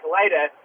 later